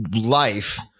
life